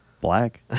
black